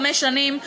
חמש שנים,